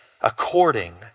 according